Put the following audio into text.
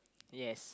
yes